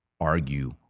argue